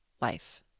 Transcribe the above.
life